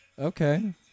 okay